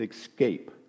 escape